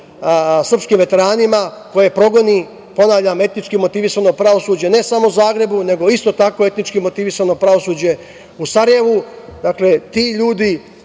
srpskim veteranima koje progoni, ponavljam, etnički motivisano pravosuđe, ne samo u Zagrebu, nego isto tako etnički motivisano pravosuđe u Sarajevu.